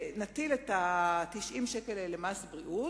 נטיל את ה-90 שקל האלה כמס בריאות.